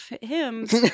hymns